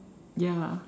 ya